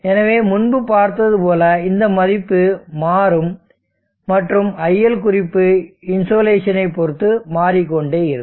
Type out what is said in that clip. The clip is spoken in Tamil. எனவே முன்பு பார்த்தது போல இந்த மதிப்பு மாறும் மற்றும் iL குறிப்பு இன்சோலேஷனைப் பொறுத்து மாறிக்கொண்டே இருக்கும்